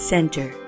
Center